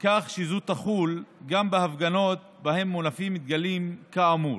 כך שזו תחול גם בהפגנות שבהן מונפים דגלים כאמור.